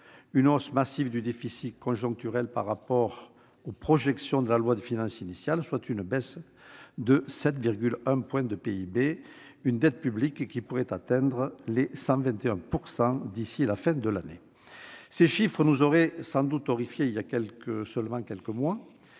une hausse massive du déficit conjoncturel par rapport aux projections de la loi de finances initiale, soit une baisse de 7,1 points de PIB, une dette publique qui pourrait atteindre les 121 % d'ici à la fin de l'année. Ces chiffres nous auraient horrifiés il y a seulement quelques mois.